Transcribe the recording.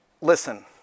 listen